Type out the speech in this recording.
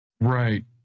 Right